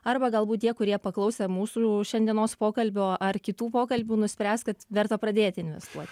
arba galbūt tie kurie paklausę mūsų šiandienos pokalbio ar kitų pokalbių nuspręs kad verta pradėt investuot